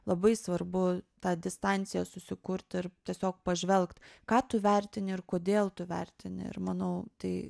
labai svarbu tą distanciją susikurti ir tiesiog pažvelgt ką tu vertini ir kodėl tu vertini ir manau tai